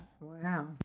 Wow